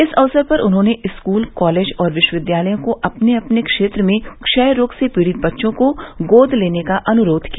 इस अवसर पर उन्होंने स्कूल कॉलेज एवं विश्वविद्यालयों को अपने अपने क्षेत्र में क्षय रोग से पीड़ित बच्चों को गोद लेने का अनुरोध किया